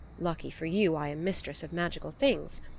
lucky for you i am mistress of magical things.